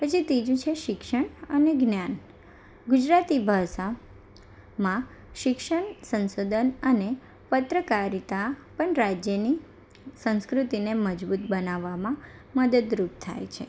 પછી ત્રીજું છે શિક્ષણ અને જ્ઞાન ગુજરાતી ભાષામાં શિક્ષણ સંશોધન અને પત્રકારીતા પણ રાજ્યની સંસ્કૃતિને મજબૂત બનાવામાં મદદરૂપ થાય છે